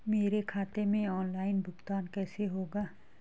मेरे खाते में ऑनलाइन भुगतान कैसे होगा?